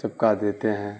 چپکا دیتے ہیں